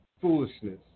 Foolishness